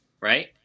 Right